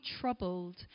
troubled